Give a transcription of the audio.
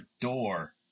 door